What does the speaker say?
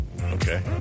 Okay